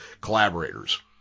collaborators